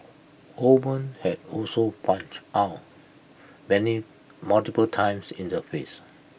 Holman had also punched Ow many multiple times in the face